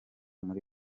muri